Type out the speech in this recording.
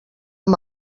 amb